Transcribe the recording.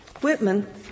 Whitman